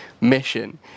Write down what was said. mission